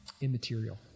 immaterial